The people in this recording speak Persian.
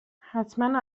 حتما